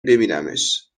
ببینمش